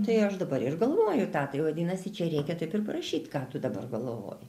tai aš dabar ir galvoju tą tai vadinasi čia reikia taip ir parašyt ką tu dabar galvoji